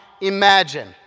imagine